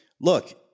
look